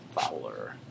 Fowler